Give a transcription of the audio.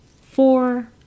Four